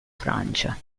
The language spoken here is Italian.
francia